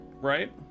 right